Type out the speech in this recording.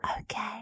Okay